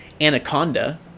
Anaconda